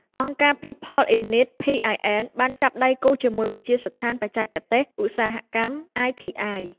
អង្គការ People In Need (PIN) បានចាប់ដៃគូជាមួយវិទ្យាស្ថានបច្ចេកទេសឧស្សាហកម្ម (ITI)។